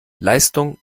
leistung